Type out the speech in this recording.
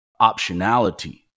optionality